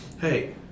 hey